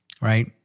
right